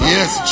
Yes